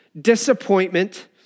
disappointment